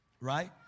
right